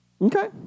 Okay